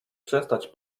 przestać